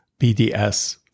BDS